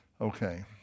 Okay